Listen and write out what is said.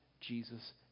Jesus